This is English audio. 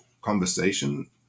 conversation